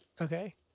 okay